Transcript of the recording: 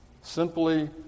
simply